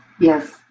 Yes